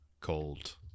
called